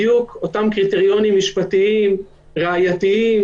בדיוק אותם קריטריונים משפטיים ראייתיים